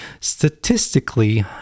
statistically